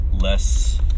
less